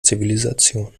zivilisation